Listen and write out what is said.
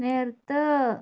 നിർത്തൂ